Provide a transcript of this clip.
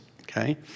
Okay